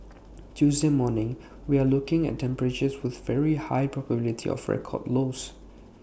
Tuesday morning we're looking at temperatures with very high probability of record lows